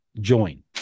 join